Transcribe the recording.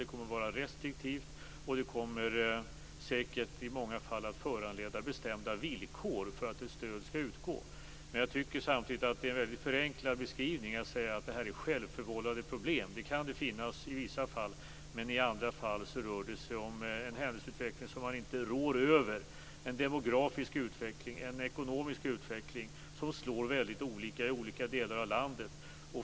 Det kommer att vara restriktivt, och det kommer säkert i många fall att föranleda bestämda villkor för att stödet skall utgå. Jag tycker samtidigt att det är en väldigt förenklad beskrivning att säga att problemen är självförvållade. Det kan det vara i vissa fall, men i andra fall rör det sig om en händelseutveckling som man inte rår över, en demografisk eller en ekonomisk utveckling som slår väldigt olika i olika delar av landet.